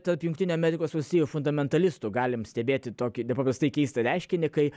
tarp jungtinių amerikos valstijų fundamentalistų galim stebėti tokį nepaprastai keistą reiškinį kai